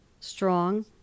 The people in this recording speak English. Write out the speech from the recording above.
strong